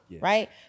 right